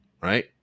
right